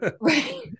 Right